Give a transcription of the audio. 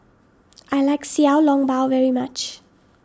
I like Xiao Long Bao very much